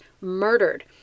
murdered